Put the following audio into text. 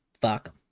fuck